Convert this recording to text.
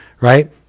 right